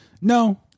No